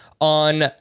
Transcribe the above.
on